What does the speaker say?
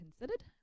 considered